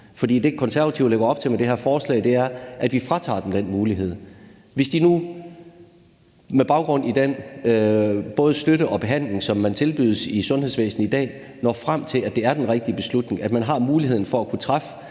For det, Konservative lægger op til med det her forslag, er, at vi fratager dem den mulighed. Hvis modne unge mennesker nu med baggrund i både den både støtte og behandling, som man tilbydes i sundhedsvæsenet i dag, når frem til, at det er den rigtige beslutning, og altså har muligheden for at kunne træffe